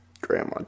Grandma